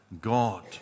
God